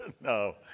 No